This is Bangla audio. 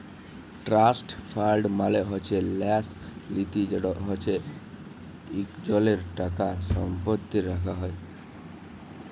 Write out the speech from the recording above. ট্রাস্ট ফাল্ড মালে হছে ল্যাস লিতি যেট হছে ইকজলের টাকা সম্পত্তি রাখা হ্যয়